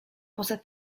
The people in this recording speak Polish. poza